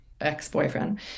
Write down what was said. ex-boyfriend